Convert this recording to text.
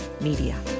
Media